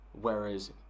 Whereas